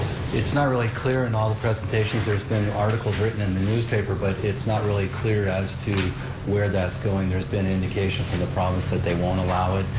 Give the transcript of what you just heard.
it's not really clear in all the presentations, there's been articles written in the newspaper, but it's not really clear as to where that's going. there's been indication from the province that they won't allow it,